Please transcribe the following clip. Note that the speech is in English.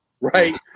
Right